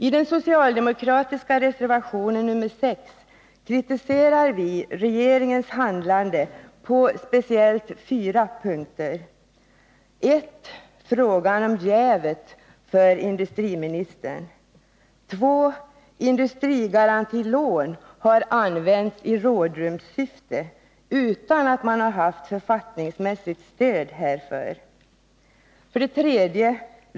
I den socialdemokratiska reservationen nr 6 kritiserar vi regeringens handlande på speciellt fyra punkter: 2. Industrigarantilån har använts i rådrumssyfte utan att man har haft författningsmässigt stöd härför. 3.